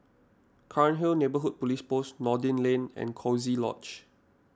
Cairnhill Neighbourhood Police Post Noordin Lane and Coziee Lodge